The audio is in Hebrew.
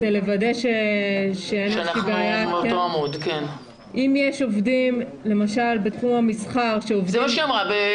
אם יש עובדים בתחום המסחר, למשל,